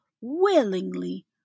willingly